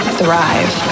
thrive